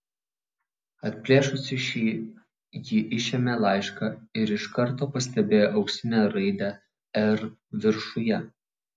atplėšusi šį ji išėmė laišką ir iš karto pastebėjo auksinę raidę r viršuje